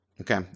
okay